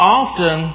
often